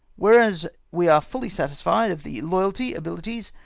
whereas we are fully satisfied of the loyalty, abilities,